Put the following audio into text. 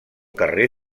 carrer